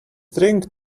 drink